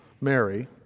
Mary